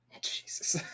Jesus